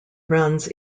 runs